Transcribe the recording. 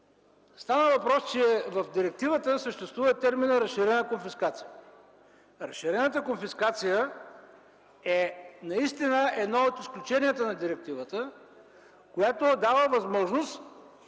Става въпрос, че в директивата съществува терминът „разширена конфискация”. Разширената конфискация е наистина едно от изключенията на директивата, която не дава възможност